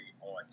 on